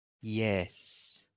yes